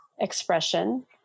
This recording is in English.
expression